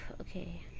Okay